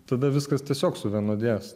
tada viskas tiesiog suvienodės